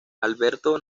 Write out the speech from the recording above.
alberto